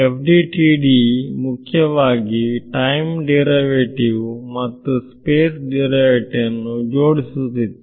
FDTD ಮುಖ್ಯವಾಗಿ time derivative ಮತ್ತು space ಡಿರೈವೇಟಿವ್ಅನ್ನು ಜೋಡಿಸುತ್ತಿತ್ತು